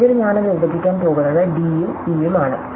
ഒടുവിൽ ഞാൻ ഇത് വിഭജിക്കാൻ പോകുന്നത് d ഉം e ഉം ആണ്